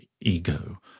ego